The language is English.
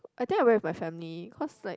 I think I went with my family cause like